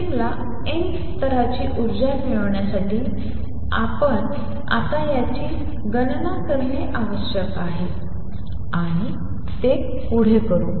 सिस्टमला nth स्तराची ऊर्जा मिळण्यासाठी आपण आता याची गणना करणे आवश्यक आहे आणि ते पुढे करू